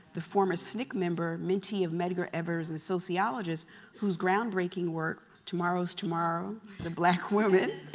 the former sncc member mentee of medgar evers and a sociologist whose groundbreaking work, tomorrow's tomorrow the black women,